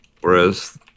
whereas